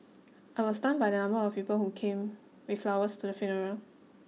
I was stunned by the number of people who came with flowers to the funeral